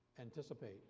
Anticipate